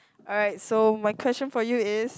alright so my question for you is